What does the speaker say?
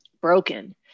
broken